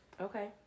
Okay